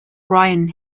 bryan